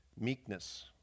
meekness